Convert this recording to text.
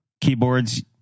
Keyboards